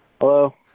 Hello